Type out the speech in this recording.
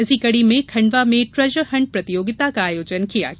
इसी कड़ी में खंडवा में ट्रेजरहंट प्रतियोगिता का आयोजन किया गया